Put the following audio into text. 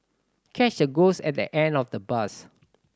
catch the ghost at the end of the bus